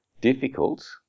difficult